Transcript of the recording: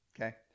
Okay